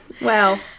Wow